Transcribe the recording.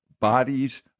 bodies